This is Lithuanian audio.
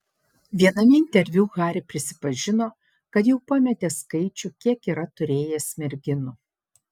viename interviu harry prisipažino kad jau pametė skaičių kiek yra turėjęs merginų